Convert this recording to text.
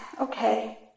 Okay